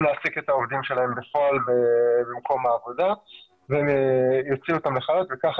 להעסיק את העובדים שלהם בפועל במקום העבודה והם יוציאו אותם לחל"ת וככה